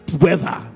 weather